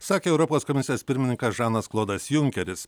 sakė europos komisijos pirmininkas žanas klodas junkeris